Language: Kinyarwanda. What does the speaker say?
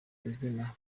izina